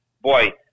boy